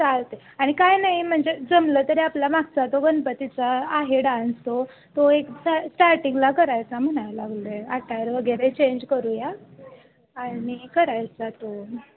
start आहे आणि काय नाही म्हणजे जमलं तरी आपला मागचा तो गणपतीचा आहे डान्स तो तो एक स्टार्टिंगला करायचा म्हणायला लागले आटायर वगैरे चेंज करूया आणि करायचा तो